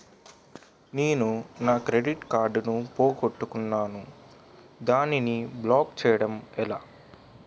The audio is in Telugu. నేను నా క్రెడిట్ కార్డ్ పోగొట్టుకున్నాను దానిని బ్లాక్ చేయడం ఎలా?